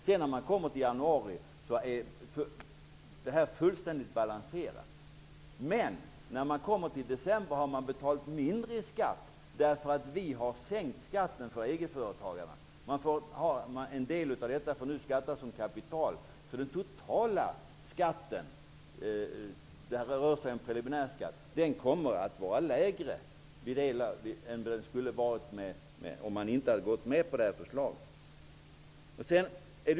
När man sedan kommer till januari är inbetalningarna fullständigt balanserade. Men när man kommer till december har man betalat in mindre i skatt, eftersom vi har sänkt skatten för egenföretagarna. En del av inkomsterna får nu beskattas som kapital. Den totala preliminärskatten kommer att vara lägre än vad den skulle varit om vi inte hade gått med på förslaget.